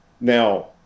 Now